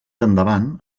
endavant